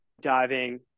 diving